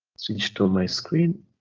switch to my screen.